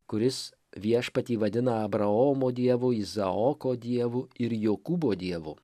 kuris viešpatį vadina abraomo dievu izaoko dievu ir jokūbo dievu